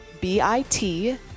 B-I-T